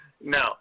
no